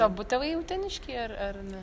abu tėvai uteniškiai ar ar ne